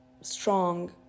strong